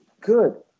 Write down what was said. Good